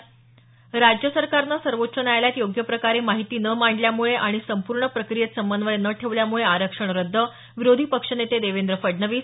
स राज्य सरकारनं सर्वोच्च न्यायालयात योग्य प्रकारे माहिती न मांडल्यामुळे आणि संपूर्ण प्रक्रियेत समन्वय न ठेवल्यामुळे आरक्षण रद्द विरोधी पक्षनेते देवेंद्र फडणवीस